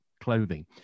clothing